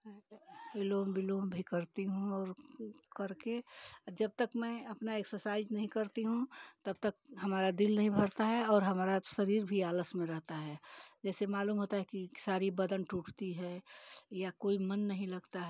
अनुलोम विलोम भी करती हूँ और कर के जब तक मैं अपना एक्सरसाइज नहीं करती हूँ तब तक हमारा दिल नहीं भरता है और हमारा शरीर भी आलस में रहता है जैसे मालूम होता है कि सारी बदन टूटती है या कोई मन नहीं लगता है